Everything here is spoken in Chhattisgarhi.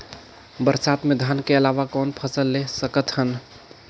बरसात मे धान के अलावा कौन फसल ले सकत हन?